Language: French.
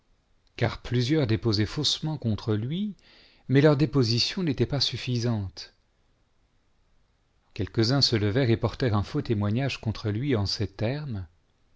car plusieurs déposaient faussement contre lui mais leurs dépositions n'étaient pas suffisante quelques-uns se levèrent et portèrent un faux témoignage contre lui en ces termes